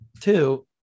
two